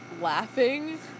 laughing